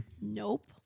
Nope